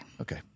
Okay